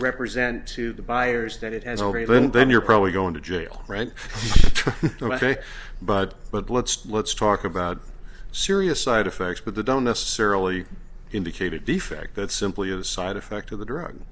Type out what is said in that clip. represent to the buyers that it has already been then you're probably going to jail rent but but let's let's talk about serious side effects but the don't necessarily indicate a defect that's simply a side effect of the drug